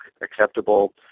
acceptable